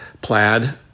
Plaid